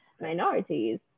minorities